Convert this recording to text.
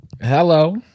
Hello